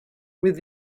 with